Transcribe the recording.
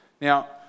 Now